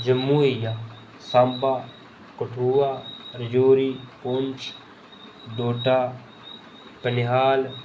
जम्मू होइया सांबा कठुआ रजौरी पुंछ डोडा बनिहाल